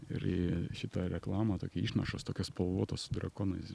ir į šitą reklamą tokį išnašos tokios spalvotos su drakonais